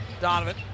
Donovan